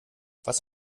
was